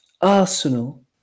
Arsenal